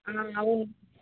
అవును